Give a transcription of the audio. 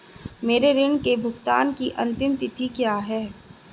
मेरे ऋण के भुगतान की अंतिम तिथि क्या है?